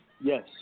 Yes